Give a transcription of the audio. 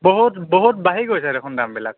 বহুত বহুত বঢ়ি গৈছে দেখুন দামবিলাক